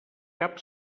cap